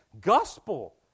gospel